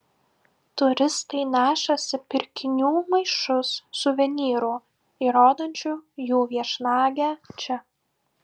turistai nešasi pirkinių maišus suvenyrų įrodančių jų viešnagę čia